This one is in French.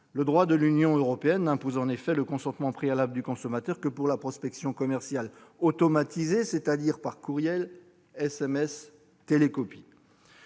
Le droit de l'Union européenne n'impose en effet le consentement préalable du consommateur que pour la prospection commerciale automatisée- courriels, SMS, télécopies.